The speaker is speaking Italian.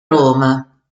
roma